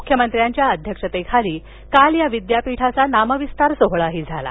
मुख्यमंत्र्यांच्या अध्यक्षतेखाली काल या विद्यापीठाचा नामविस्तार सोहळा झाला